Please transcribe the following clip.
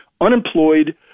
unemployed